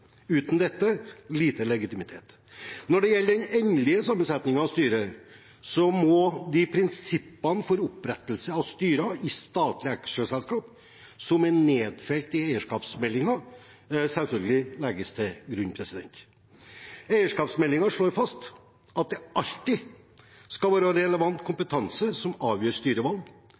Uten dette blir det lite legitimitet. Når det gjelder den endelige sammensetningen av styret, må de prinsippene for opprettelse av styrer i statlige aksjeselskap som er nedfelt i eierskapsmeldingen, selvfølgelig legges til grunn. Eierskapsmeldingen slår fast at det alltid skal være relevant kompetanse som avgjør styrevalg.